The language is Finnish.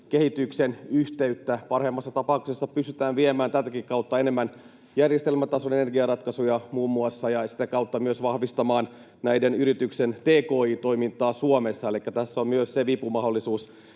kehityksen yhteyttä. Parhaimmassa tapauksessa pystytään viemään tätäkin kautta enemmän muun muassa järjestelmätason energiaratkaisuja ja sitä kautta myös vahvistamaan näiden yritysten tki-toimintaa Suomessa, elikkä tässä on tietenkin myös se vipumahdollisuus